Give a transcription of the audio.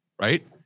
Right